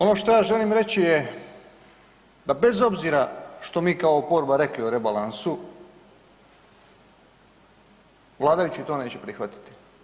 Ono što ja želim reći je da bez obzira što mi kao oporba rekli o rebalansu, vladajući to neće prihvatiti.